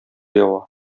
ява